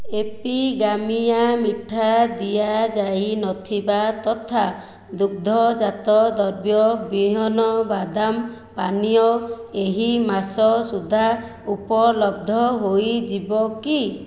ଏପିଗାମିୟା ମିଠା ଦିଆଯାଇନଥିବା ତଥା ଦୁଗ୍ଧଜାତ ଦ୍ରବ୍ୟ ବିହୀନ ବାଦାମ ପାନୀୟ ଏହି ମାସ ସୁଦ୍ଧା ଉପଲବ୍ଧ ହୋଇଯିବ କି